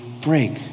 break